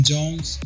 Jones